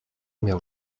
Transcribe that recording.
miał